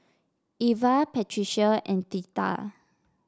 Iva Patricia and Theta